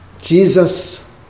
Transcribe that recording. Jesus